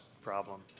problem